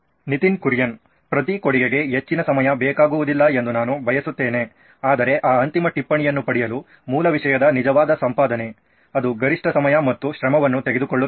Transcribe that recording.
ನಿತಿನ್ ಕುರಿಯನ್ ಪ್ರತಿ ಕೊಡುಗೆಗೆ ಹೆಚ್ಚಿನ ಸಮಯ ಬೇಕಾಗುವುದಿಲ್ಲ ಎಂದು ನಾನು ಬಯಸುತ್ತೇನೆ ಆದರೆ ಆ ಅಂತಿಮ ಟಿಪ್ಪಣಿಯನ್ನು ಪಡೆಯಲು ಮೂಲ ವಿಷಯದ ನಿಜವಾದ ಸಂಪಾದನೆ ಅದು ಗರಿಷ್ಠ ಸಮಯ ಮತ್ತು ಶ್ರಮವನ್ನು ತೆಗೆದುಕೊಳ್ಳುತ್ತದೆ